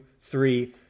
three